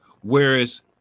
whereas